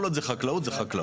כל עוד זה חקלאות, זה חקלאות.